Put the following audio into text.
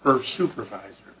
her supervisor